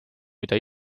mida